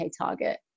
target